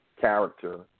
character